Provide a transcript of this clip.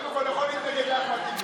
קודם כול, הוא יכול להתנגד לאחמד טיבי.